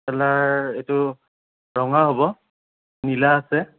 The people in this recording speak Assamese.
এইটো ৰঙা হ'ব নীলা আছে